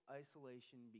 isolation